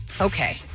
Okay